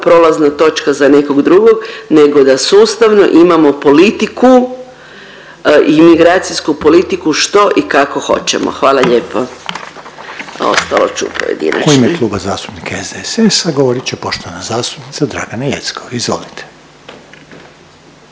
prolazna točka za nekog drugo nego da sustavno imamo politiku imigracijsku politiku što i kako hoćemo. Hvala lijepo.